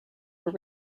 were